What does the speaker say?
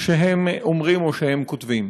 שהם אומרים או שהם כותבים.